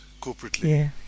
corporately